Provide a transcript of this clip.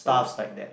stuff like that